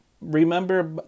remember